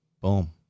Boom